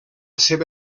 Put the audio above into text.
seva